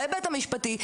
ההיבט המשפטי,